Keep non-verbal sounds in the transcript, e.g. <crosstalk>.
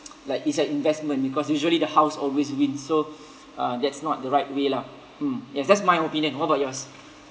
<noise> like is an investment because usually the house always wins so uh that's not the right way lah mm yes that's my opinion what about yours